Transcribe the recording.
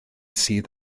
sydd